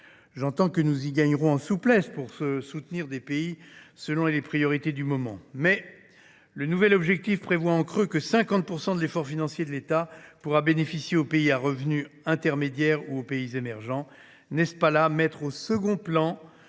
J’entends que nous y gagnerons en souplesse pour soutenir des pays selon les priorités du moment. Mais le nouvel objectif prévoit en creux que 50 % de l’effort financier de l’État pourra bénéficier aux pays à revenu intermédiaire ou émergents. N’est ce pas là mettre au second plan